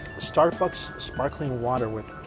starbucks sparkling water with